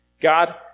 God